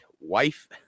wife